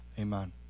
Amen